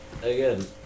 again